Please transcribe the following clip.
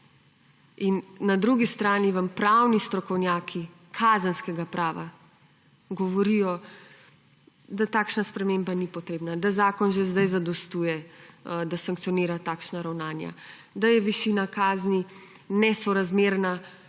Na drugi strani vam pravni strokovnjaki kazenskega prava govorijo, da takšna sprememba ni potrebna, da zakon že zdaj zadostuje, da sankcionira takšna ravnanja, da je višina kazni nesorazmerna